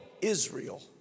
Israel